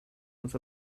was